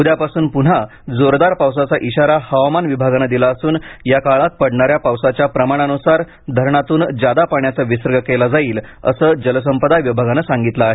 उद्यापासून पुन्हा जोरदार पावसाचा इशारा हवामान विभागानं दिला असून या काळात पडणाऱ्या पावसाच्या प्रमाणानुसार धरणातून जादा पाण्याचा विसर्ग केला जाईल असं जलसंपदा विभागानं सांगितलं आहे